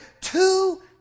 two